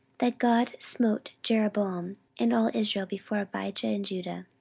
that god smote jeroboam and all israel before abijah and judah.